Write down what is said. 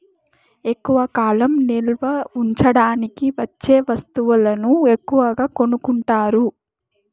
ఎక్కువ కాలం నిల్వ ఉంచడానికి వచ్చే వస్తువులను ఎక్కువగా కొనుక్కుంటారు